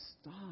stop